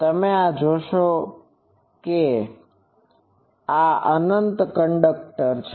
તમે આ જોઈ શકો છો આ અનંત કંડક્ટર છે